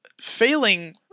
failing